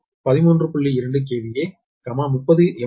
2 KV 30 MVA